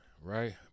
right